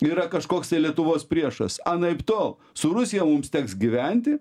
yra kažkoks tai lietuvos priešas anaiptol su rusija mums teks gyventi